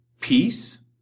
peace